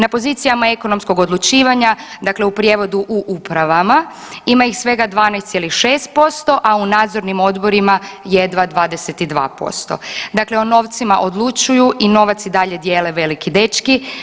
Na pozicijama ekonomskog odlučivanja dakle u prijevodu u upravama, ima ih svega 12,6%, a u nadzornim odborima jedva 22%, dakle o novcima odlučuju i novac i dalje dijele veliki dečki.